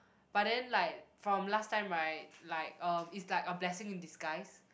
but then like from last time right like uh it's like a blessing in disguise